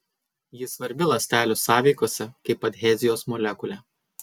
ji svarbi ląstelių sąveikose kaip adhezijos molekulė